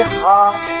heart